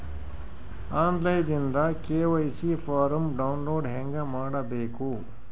On line ದಿಂದ KYC form download ಹೇಂಗ ಮಾಡಬೇಕು?